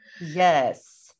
yes